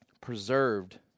preserved